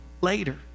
later